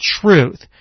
truth